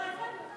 לא לא, הבנו.